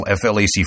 FLAC